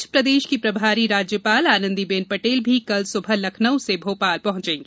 इस बीच प्रदेश की प्रभारी राज्यपाल आनंदीबेन पटेल भी कल सुबह लखनउ से भोपाल पहचेंगी